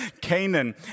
Canaan